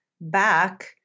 back